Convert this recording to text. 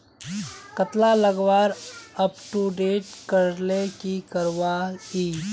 कतला लगवार अपटूडेट करले की करवा ई?